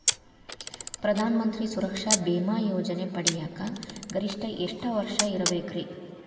ಪ್ರಧಾನ ಮಂತ್ರಿ ಸುರಕ್ಷಾ ಭೇಮಾ ಯೋಜನೆ ಪಡಿಯಾಕ್ ಗರಿಷ್ಠ ಎಷ್ಟ ವರ್ಷ ಇರ್ಬೇಕ್ರಿ?